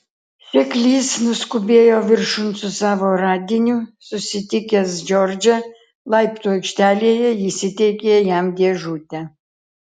seklys nuskubėjo viršun su savo radiniu susitikęs džordžą laiptų aikštelėje jis įteikė jam dėžutę